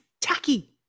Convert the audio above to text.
tacky